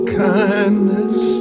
kindness